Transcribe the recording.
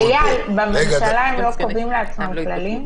בממשלה הם לא קובעים לעצמם כללים?